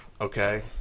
okay